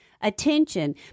Attention